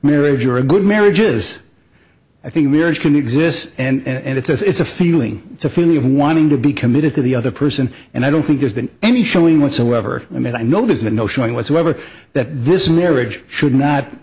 marriage or a good marriage is i think a marriage can exist and it's a feeling it's a feeling of wanting to be committed to the other person and i don't think there's been any showing whatsoever i mean i know there's been no showing whatsoever that this marriage should not